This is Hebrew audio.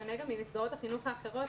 בשונה ממסגרות החינוך האחרות,